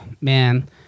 man